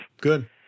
Good